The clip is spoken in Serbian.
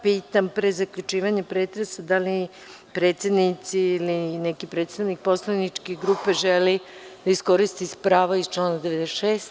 Pitam pre zaključivanja pretresa da li predsednici ili predstavnici poslaničkih grupa žele da iskoriste pravo iz člana 96?